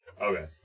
Okay